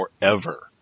forever